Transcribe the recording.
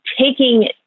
taking